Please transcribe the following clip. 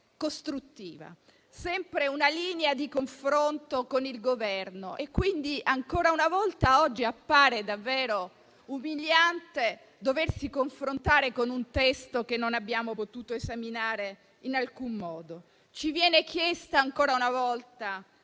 costruttiva, tenendo sempre una linea di confronto con il Governo. Quindi, ancora una volta, oggi appare davvero umiliante doversi confrontare con un testo che non abbiamo potuto esaminare in alcun modo. Ci viene chiesto l'ennesimo voto